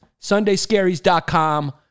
Sundayscaries.com